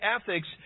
ethics